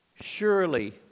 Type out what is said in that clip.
surely